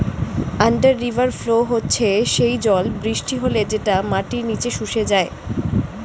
under river flow হচ্ছে সেই জল বৃষ্টি হলে যেটা মাটির নিচে শুষে যায়